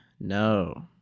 No